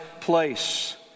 place